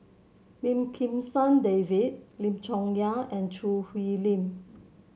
Lim Kim San David Lim Chong Yah and Choo Hwee Lim